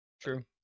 True